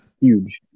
huge